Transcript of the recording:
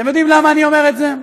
אתם יודעים למה אני אומר את זה?